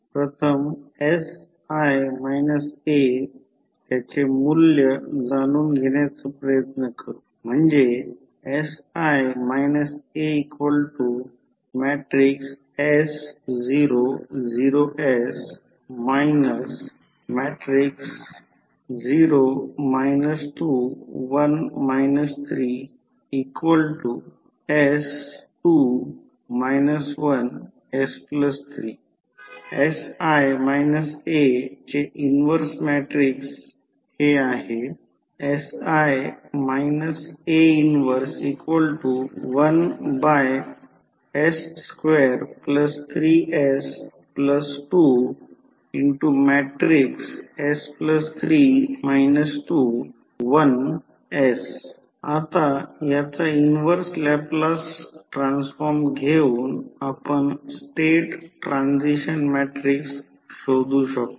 प्रथम sI A त्याचे मूल्य जाणून घेण्याचा प्रयत्न करू म्हणजे sI A चे इन्व्हर्स मॅट्रिक्स हे आहे आता याचा इन्व्हर्स लॅपलास ट्रान्सफॉर्म घेऊन आपण स्टेट ट्रान्सिशन मॅट्रिक्स शोधू शकतो